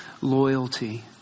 loyalty